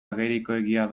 agerikoegia